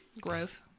growth